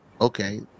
okay